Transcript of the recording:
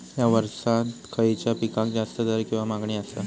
हया वर्सात खइच्या पिकाक जास्त दर किंवा मागणी आसा?